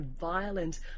violent